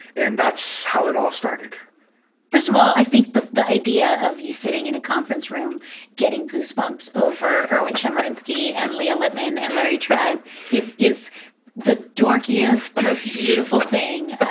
and that's how it all started first of all, i think the the idea of you sitting in a conference room getting goose bumps over erwin chemerinsky and leah lippman and larry tribe is is the dorkiest the most beautiful thing.